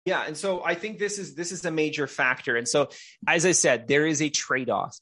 כן, אז אני חושב שזה גורם משמעותי, וככה, כמו שאמרתי, יש trade off.